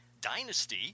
Dynasty